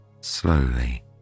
slowly